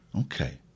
Okay